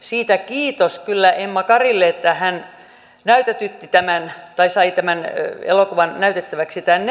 siitä kiitos kyllä emma karille että hän sai tämän elokuvan näytettäväksi tänne